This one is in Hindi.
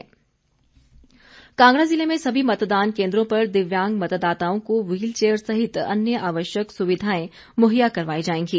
राघव शर्मा कांगड़ा जिले में सभी मतदान केंद्रों पर दिव्यांग मतदाताओं को व्हील चेयर सहित अन्य आवश्यक सुविधाएं मुहैया करवाई जाएंगी